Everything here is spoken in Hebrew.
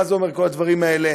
מה זה אומר כל הדברים האלה,